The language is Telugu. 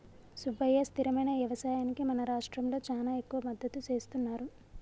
సుబ్బయ్య స్థిరమైన యవసాయానికి మన రాష్ట్రంలో చానా ఎక్కువ మద్దతు సేస్తున్నారు